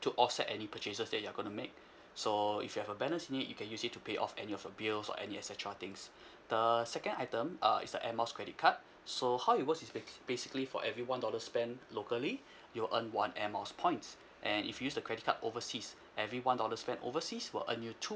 to offset any purchases that you're gonna make so if you have a balance in it you can use it to pay off any of your bills or any et cetera things the second item uh is the air miles credit card so how it works is ba~ basically for every one dollar spent locally you'll earn one air miles points and if you use the credit card overseas every one dollar spent overseas will earn you two